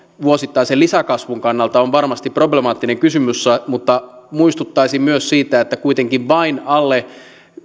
vuosittaisen lisäkasvun kannalta on varmasti problemaattinen kysymys mutta muistuttaisin myös siitä että kuitenkin vain alle